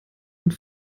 und